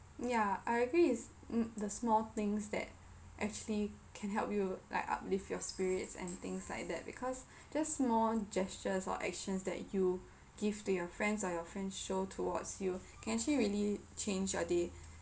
yeah I agree it's the small things that actually can help you like uplift your spirits and things like that because just small gestures or actions that you give to your friends or your friends show towards you can actually really change your day